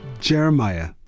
Jeremiah